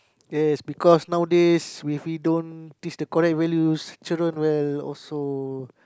yes because nowadays if we don't teach the correct values children will also